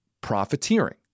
profiteering